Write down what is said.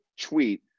tweet